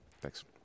thanks